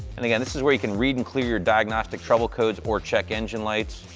and, again, this is where you can read and clear your diagnostic trouble codes or check engine lights.